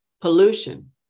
Pollution